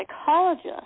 psychologist